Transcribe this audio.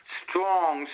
strong